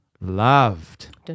loved